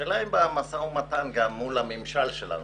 השאלה היא האם במשא ומתן מול נציגי הממשל שלנו,